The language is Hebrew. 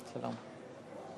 גברתי היושבת-ראש,